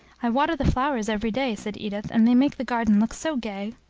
i water the flowers every day, said edith, and they make the garden look so gay.